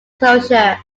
closure